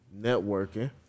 networking